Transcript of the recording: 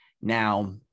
Now